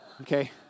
Okay